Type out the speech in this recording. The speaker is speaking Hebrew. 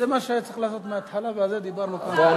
זה מה שהיה צריך לעשות מההתחלה ועל זה דיברנו כמה פעמים.